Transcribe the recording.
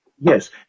Yes